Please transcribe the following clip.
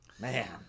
Man